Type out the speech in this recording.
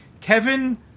Kevin